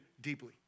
deeply